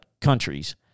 countries